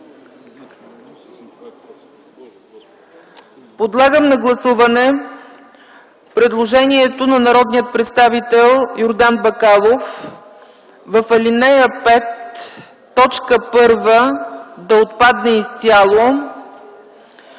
Подлагам на гласуване предложението на народния представител Йордан Бакалов в ал. 5, т. 1 да отпадне изцяло,